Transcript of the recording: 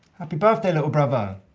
happy birthday, little brother.